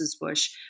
Bush